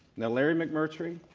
now larry mcmurtry,